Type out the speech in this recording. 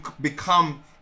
become